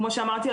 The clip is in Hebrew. כמו שאמרתי,